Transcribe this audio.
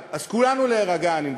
אז כולנו להירגע, אני מבקש.